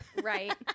Right